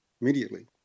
immediately